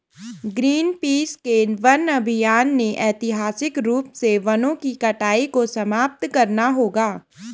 Greenpeace के वन अभियान ने ऐतिहासिक रूप से वनों की कटाई को समाप्त करना होगा